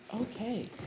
Okay